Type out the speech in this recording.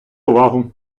увагу